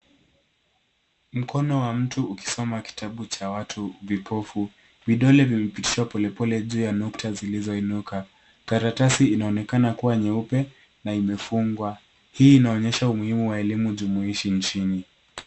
Mkono wa mtu ukisoma kitabu cha watu vipofu, vidole vimepitishwa polepole juu ya nukta zilizoinuka. Karatasi inaonekana kuwa nyeupe na imefungwa. Hii inaonyesha umuhimu wa elimu jumuishi nchini.